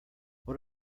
what